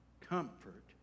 Comfort